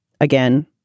again